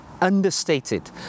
understated